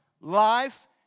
life